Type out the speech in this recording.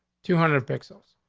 two hundred pixels.